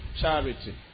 Charity